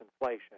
inflation